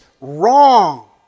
wrong